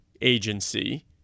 agency